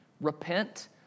Repent